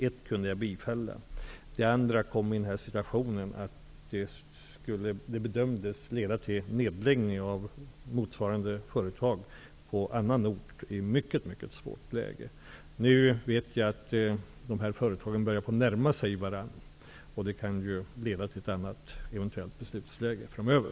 Jag kunde bifalla stöd i det ena fallet, men i det andra bedömdes det leda till nedläggning av motsvarande företag på annan ort i ett mycket svårt läge. Nu vet jag att de här företagen börjar närma sig varandra, och det kan eventuellt leda till ett annat beslutsläge framöver.